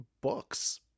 books